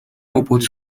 comporte